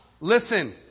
Listen